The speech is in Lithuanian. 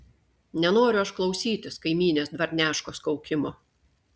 nenoriu aš klausytis kaimynės dvarneškos kaukimo